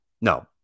No